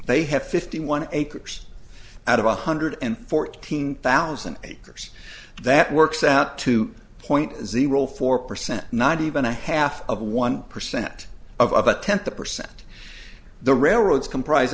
they have fifty one acres out of one hundred and fourteen thousand acres that works out two point zero four percent not even a half of one percent of about ten percent the railroads comprise